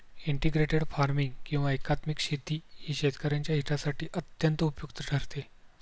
integrated farming किंवा एकात्मिक शेती ही शेतकऱ्यांच्या हितासाठी अत्यंत उपयुक्त ठरते